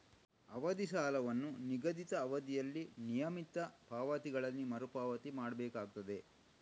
ಅವಧಿ ಸಾಲವನ್ನ ನಿಗದಿತ ಅವಧಿಯಲ್ಲಿ ನಿಯಮಿತ ಪಾವತಿಗಳಲ್ಲಿ ಮರು ಪಾವತಿ ಮಾಡ್ಬೇಕಾಗ್ತದೆ